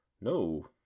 No